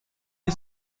que